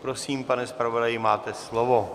Prosím, pane zpravodaji, máte slovo.